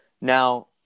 Now